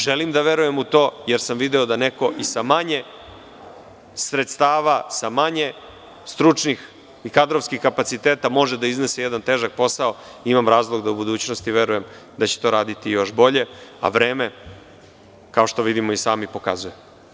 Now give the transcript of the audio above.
Želim da verujem u to jer sam video da neko i sa manje sredstava, sa manje stručnih i kadrovskih kapaciteta može da iznese jedan težak posao, imam razlog da u budućnosti verujem da će to raditi još bolje, a vreme kao što vidimo i sami pokazuje.